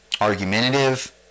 argumentative